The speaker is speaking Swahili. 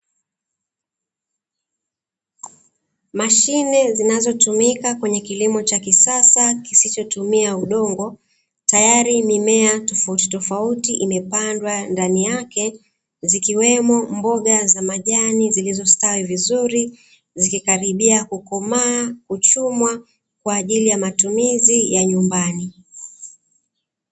Mashine zinazotumika kwenye kilimo cha kisasa kisichotumia udongo. Tayari mimea tofautitofauti imepandwa ndani yake, zikiwemo mboga za majani zilizostawi vizuri; zikikaribia kukomaa, kuchumwa kwa ajili ya matumizi ya nyumbani.